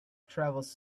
travels